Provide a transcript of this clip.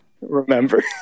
Remember